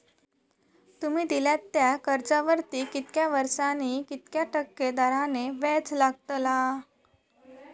तुमि दिल्यात त्या कर्जावरती कितक्या वर्सानी कितक्या टक्के दराने व्याज लागतला?